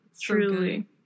Truly